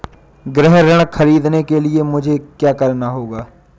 गृह ऋण ख़रीदने के लिए मुझे क्या करना होगा?